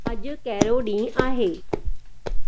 अॼु कहिड़ो ॾींहुं आहे